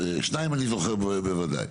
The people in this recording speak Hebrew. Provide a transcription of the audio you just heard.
שניים אני זוכר בוודאי.